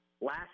last